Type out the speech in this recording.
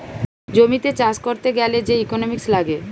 জমিতে চাষ করতে গ্যালে যে ইকোনোমিক্স লাগে